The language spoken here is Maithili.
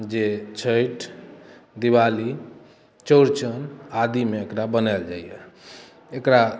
जे छैठ दिवाली चौरचन आदिमे एकरा बनायल जाइए एकरा